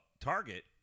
Target